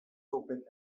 open